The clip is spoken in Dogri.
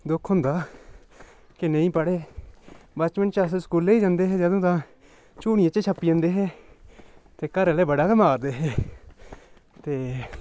दोक्ख होंदा के नेईं पढ़े बचपच अस स्कूलै जंदे हे जदूं तां झूनियें च छप्पी जंदे हे ते घरैआह्लै बड़ा गै मारदे हे ते